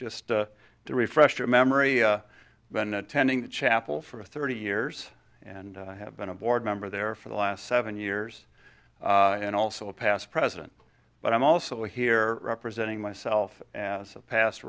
just to refresh your memory been attending the chapel for thirty years and i have been a board member there for the last seven years and also a past president but i'm also here representing myself as a past